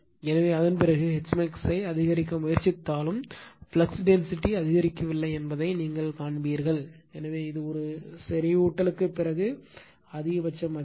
எனவே அதன்பிறகு Hmax ஐ அதிகரிக்க முயற்சித்தாலும் ஃப்ளக்ஸ் டென்சிட்டி அதிகரிக்கவில்லை என்பதைக் காண்பீர்கள் எனவே இது செறிவூட்டலுக்குப் பிறகு அதிகபட்ச மதிப்பு